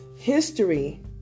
history